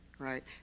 Right